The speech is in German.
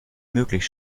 möglich